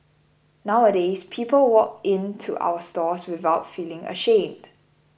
nowadays people walk in to our stores without feeling ashamed